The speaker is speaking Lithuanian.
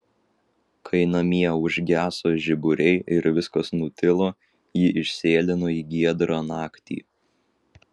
kai namie užgeso žiburiai ir viskas nutilo ji išsėlino į giedrą naktį